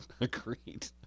agreed